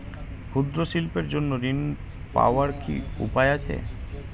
ক্ষুদ্র শিল্পের জন্য ঋণ পাওয়ার কি উপায় আছে?